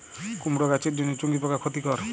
কুমড়ো গাছের জন্য চুঙ্গি পোকা ক্ষতিকর?